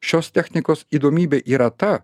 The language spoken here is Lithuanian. šios technikos įdomybė yra ta